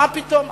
מה פתאום.